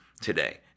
today